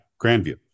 Grandview